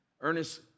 Ernest